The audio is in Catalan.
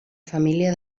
família